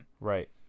Right